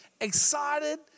excited